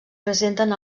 presenten